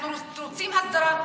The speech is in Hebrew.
אנחנו רוצים הסדרה,